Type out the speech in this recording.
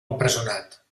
empresonat